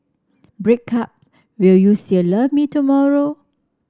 breakup Will you still love me tomorrow